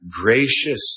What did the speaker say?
gracious